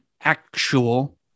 actual